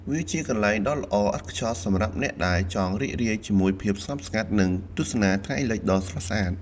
វាជាកន្លែងដ៏ល្អឥតខ្ចោះសម្រាប់អ្នកដែលចង់រីករាយជាមួយភាពស្ងប់ស្ងាត់ និងទស្សនាថ្ងៃលិចដ៏ស្រស់ស្អាត។